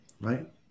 right